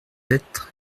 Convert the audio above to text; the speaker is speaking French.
être